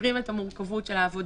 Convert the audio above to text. שמכירים את המורכבות של העבודה.